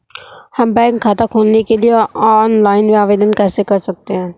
हम बैंक खाता खोलने के लिए ऑनलाइन आवेदन कैसे कर सकते हैं?